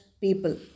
people